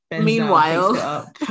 Meanwhile